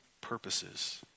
purposes